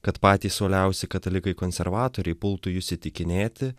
kad patys uoliausi katalikai konservatoriai pultų jus įtikinėti